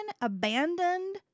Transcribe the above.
abandoned